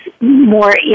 more